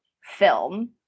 film